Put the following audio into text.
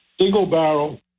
single-barrel